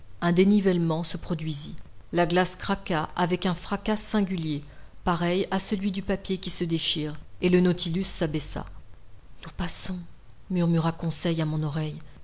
un dénivellement se produisit la glace craqua avec un fracas singulier pareil à celui du papier qui se déchire et le nautilus s'abaissa nous passons murmura conseil a mon oreille